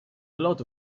lot